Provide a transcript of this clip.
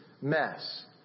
mess